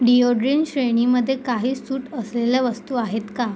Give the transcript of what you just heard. डिओड्रीन श्रेणीमध्ये काही सूट असलेल्या वस्तू आहेत का